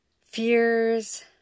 Fears